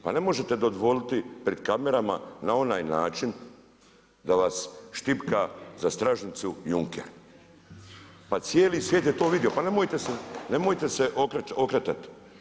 Pa ne možete … pred kamerama na onaj način da vas štipka za stražnjicu Juncker, pa cijeli svijet je to vidio, pa nemojte se okretat.